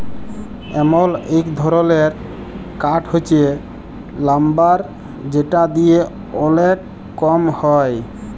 এমল এক ধরলের কাঠ হচ্যে লাম্বার যেটা দিয়ে ওলেক কম হ্যয়